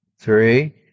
Three